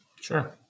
Sure